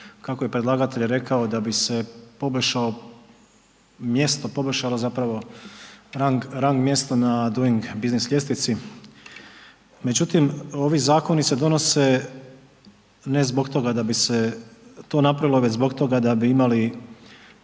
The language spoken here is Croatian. kako je predlagatelj rekao da bi se poboljšalo mjesto zapravo rang mjesto na duing biznis ljestvici. Međutim, ovi zakoni se donose ne zbog toga da bi se to napravilo, već zbog toga da bi imali